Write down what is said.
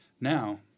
Now